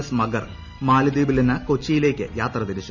S Magar മാലിദ്വീപിൽ നിന്ന് കൊച്ചിയിലേയ്ക്ക് യാത്ര തിരിച്ചു